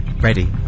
Ready